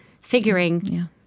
Figuring